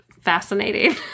fascinating